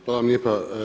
Hvala vam lijepa.